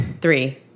three